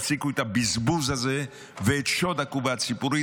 תפסיקו את הבזבוז הזה ואת שוד הקופה הציבורית,